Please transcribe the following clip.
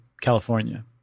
California